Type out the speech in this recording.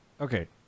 Okay